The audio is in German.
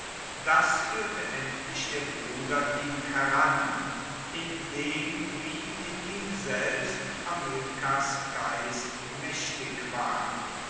das fuehrte endlich der bruder ihm heran in dem wie in ihm selbst hamilkars geist maechtig war